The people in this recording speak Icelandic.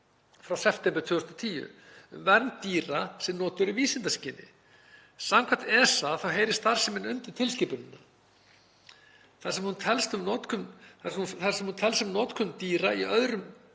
frá september 2010 um vernd dýra sem notuð eru í vísindaskyni. Samkvæmt ESA heyrir starfsemin undir tilskipunina, þar sem hún telst sem notkun dýra í öðrum